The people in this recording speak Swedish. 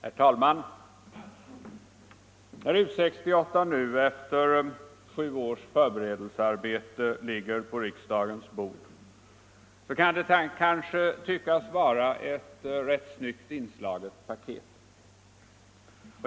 Herr talman! När U 68 nu efter sju års förberedelsearbete ligger på riksdagens bord så kan det kanske tyckas vara ett rätt snyggt inslaget paket.